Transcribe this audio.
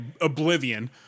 oblivion